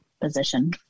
position